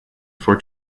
for